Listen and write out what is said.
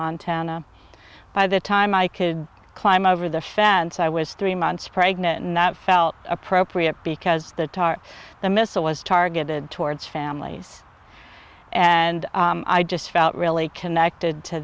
montana by the time i could climb over the fence i was three months pregnant and that felt appropriate because the top of the missile was targeted towards families and i just felt really connected to